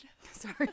Sorry